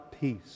peace